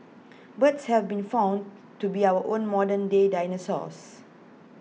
birds have been found to be our own modern day dinosaurs